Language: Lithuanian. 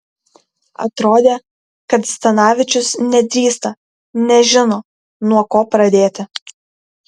atrodė kad zdanavičius nedrįsta nežino nuo ko pradėti